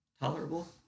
tolerable